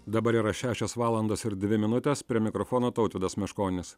dabar yra šešios valandos ir dvi minutės prie mikrofono tautvydas meškonis